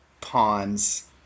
pawns